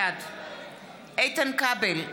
בעד איתן כבל,